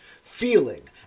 feeling